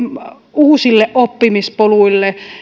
uusille oppimispoluille